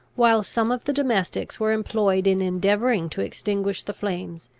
while some of the domestics were employed in endeavouring to extinguish the flames,